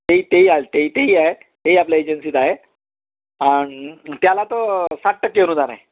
ते तेही आ ते तेही आहे तेही आपल्या एजन्सीत आहे आणि त्याला तो सात टक्के अनुदान आहे